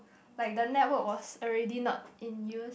like the network was already not in use